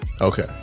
Okay